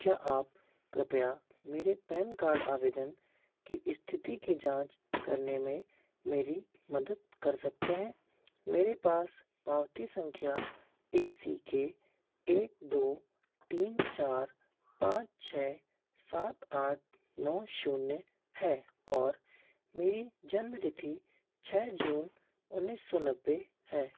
क्या आप कृपया मेरे पैन कार्ड आवेदन की स्थिति की जाँच करने में मेरी मदद कर सकते हैं मेरे पास पावती संख्या ए सी के एक दो तीन चार पाँच छः सात आठ नौ शून्य है और मेरी जन्मतिथि छः जून उन्नीस सौ नब्बे है